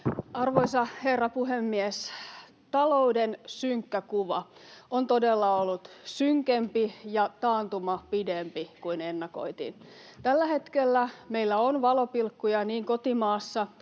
Arvoisa herra puhemies! Talouden synkkä kuva on todella ollut synkempi ja taantuma pidempi kuin ennakoitiin. Tällä hetkellä meillä on valopilkkuja niin kotimaassa